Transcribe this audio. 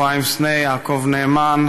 אפרים סנה ויעקב נאמן,